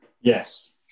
Yes